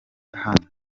hano